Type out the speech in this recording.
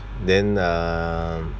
then um